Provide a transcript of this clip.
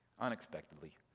unexpectedly